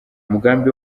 umugambi